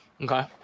Okay